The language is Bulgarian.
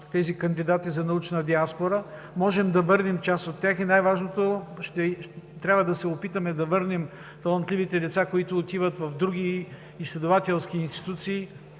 тези кандидати за научна диаспора, можем да върнем част от тях и най-важното – ще трябва да се опитаме да върнем талантливите деца, които отиват в други изследователски институции,